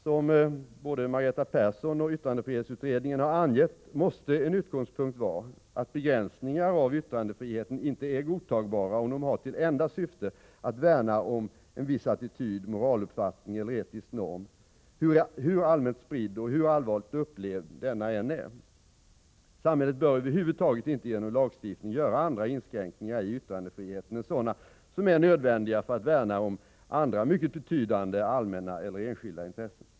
Som både Margareta Persson och yttrandefrihetsutredningen har angett måste en utgångspunkt vara att begränsningar av yttrandefriheten inte är godtagbara, om de har till enda syfte att värna om en viss attityd, moraluppfattning eller etisk norm, hur allmänt spridd och hur allvarligt upplevd denna än är. Samhället bör över huvud taget inte genom lagstiftning göra andra inskränkningar i yttrandefriheten än sådana som är nödvändiga för att värna om andra mycket betydande allmänna eller enskilda intressen.